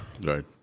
Right